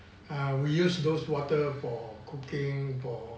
ah we use those water for cooking for